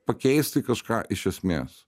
pakeisti kažką iš esmės